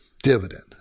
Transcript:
dividend